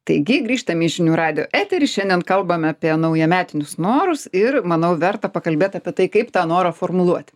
taigi grįžtam į žinių radijo eterį šiandien kalbam apie naujametinius norus ir manau verta pakalbėt apie tai kaip tą norą formuluot